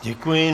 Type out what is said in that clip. Děkuji.